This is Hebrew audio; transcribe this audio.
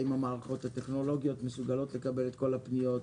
האם המערכות הטכנולוגיות מסוגלות לקבל את כל הפניות.